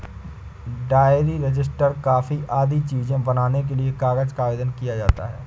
diary, register, copy आदि चीजें बनाने के लिए कागज का आवेदन किया जाता है